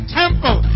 temple